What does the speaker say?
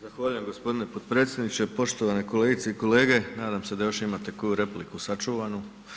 Zahvaljujem g. potpredsjedniče, poštovane kolegice i kolege, nadam se da još imate koju repliku sačuvanu.